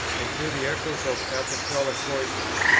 and heard the echoes of apostolic voices,